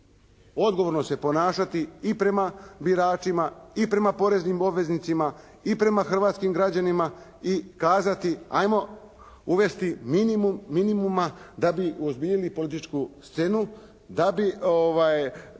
odgovorno se ponašati i prema biračima i prema poreznim obveznicima i prema hrvatskim građanima i kazati ajmo uvesti minimum minimuma da bi uozbiljili političku scenu, da bi